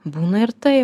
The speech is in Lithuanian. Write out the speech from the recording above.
būna ir taip